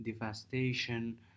devastation